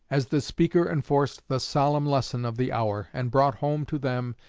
as the speaker enforced the solemn lesson of the hour, and brought home to them,